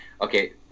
Okay